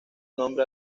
nombre